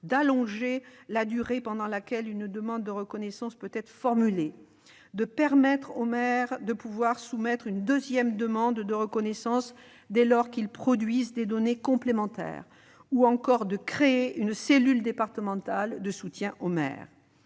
d'allonger la durée pendant laquelle une demande de reconnaissance peut être formulée ; de permettre aux maires de soumettre une deuxième demande de reconnaissance dès lors qu'ils produisent des données complémentaires ; de créer une cellule départementale de soutien aux maires.